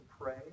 pray